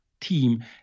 team